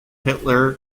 hitler